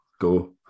go